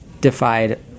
defied